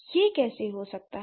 यह कैसे हो सकता है